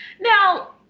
Now